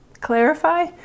clarify